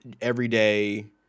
Everyday